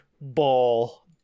ball